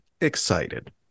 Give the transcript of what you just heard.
excited